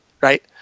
right